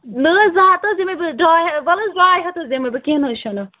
نہَ حظ زٕ ہَتھ حظ دِمٕے بہٕ ڈاے ہَتھ وَلہٕ حظ ڈاے ہَتھ حظ دِمٕے بہٕ کیٚنٛہہ نہَ حظ چھُنہٕ چلو